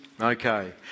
Okay